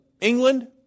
England